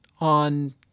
on